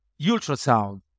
ultrasound